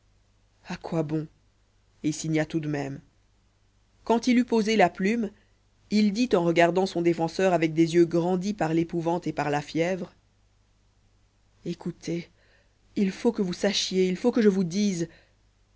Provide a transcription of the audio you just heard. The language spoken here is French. à quoi bon et signa tout de même quand il eut posé la plume il dit en regardant son défenseur avec des yeux grandis par l'épouvante et par la fièvre écoutez il faut que vous sachiez il faut que je vous dise